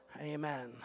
Amen